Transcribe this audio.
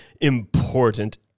important